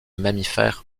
mammifères